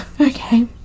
okay